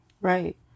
Right